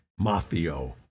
Mafio